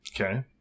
Okay